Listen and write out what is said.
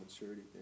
maturity